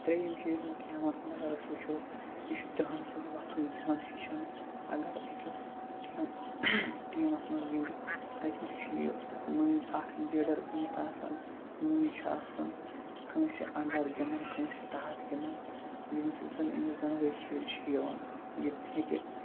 ترٛیٚیُم چیٖز یُس گیمَن ہیُٚنٛد اگر أسۍ وٕچھو یہِ چھُ دَہَن سۭتۍ وۄتھُن بِہیُٚن ہیچھان اگر أکِس ٹیٖم ٹیٖمَس منٛز گِنٛدِ تَتہِ نَس چھُ یہِ مٔنٛزۍ اَکھ لیٖڈَر بٔنِتھ آسان مٔنٛزۍ چھُ آسان کٲنٛسہِ اَنڈَر گِنٛدان کٲنٛسہِ تحت گِنٛدان ییٚمہِ سۭتۍ زَنہٕ أمِس دۄنوَے چیٖز چھِ یِوان یہِ تہِ ہیٚکہِ